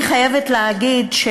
אני חייבת להגיד,